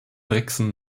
brixen